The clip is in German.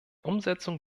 umsetzung